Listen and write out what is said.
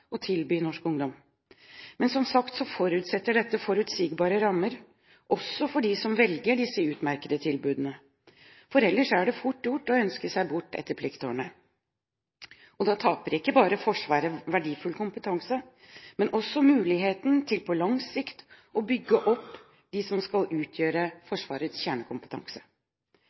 tilby norsk ungdom. Men som sagt forutsetter dette forutsigbare rammer også for dem som velger disse utmerkede tilbudene. Ellers er det fort gjort å ønske seg bort etter pliktårene. Da taper ikke bare Forsvaret verdifull kompetanse, men også muligheten til på lang sikt å bygge opp dem som skal utgjøre Forsvarets